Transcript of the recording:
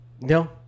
no